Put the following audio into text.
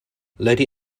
lady